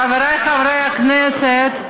חבריי חברי הכנסת,